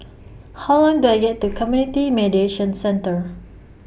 How Long The Year The Community Mediation Centre